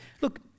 Look